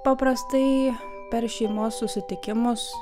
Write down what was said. paprastai per šeimos susitikimus